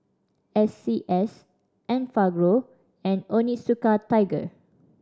S C S Enfagrow and Onitsuka Tiger